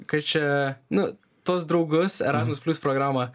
kad čia nu tuos draugus erasmus plius programa